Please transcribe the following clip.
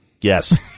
Yes